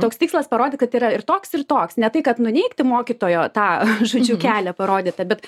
toks tikslas parodyt kad yra ir toks ir toks ne tai kad nuneigti mokytojo tą žodžiu kelią parodytą bet